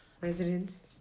Residents